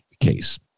case